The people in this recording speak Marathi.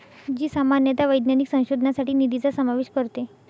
जी सामान्यतः वैज्ञानिक संशोधनासाठी निधीचा समावेश करते